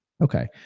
Okay